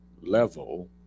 Level